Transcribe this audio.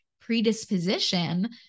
predisposition